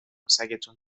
سگتون